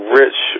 rich